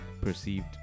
perceived